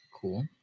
Cool